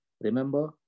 Remember